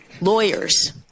lawyers